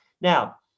Now